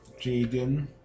Jaden